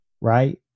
right